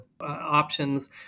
options